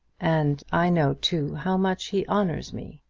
and i know, too, how much he honours me.